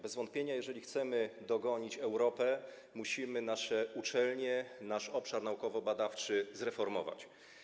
Bez wątpienia, jeżeli chcemy dogonić Europę, musimy nasze uczelnie, nasz obszar naukowo-badawczy zreformować.